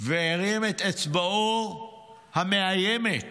והרים את אצבעו המאיימת